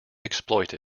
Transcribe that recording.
exploit